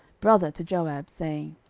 brother to joab, saying,